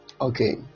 Okay